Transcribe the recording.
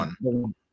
one